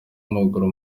amaguru